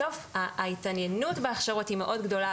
בסוף ההתעניינות בהכשרות היא מאוד גדולה,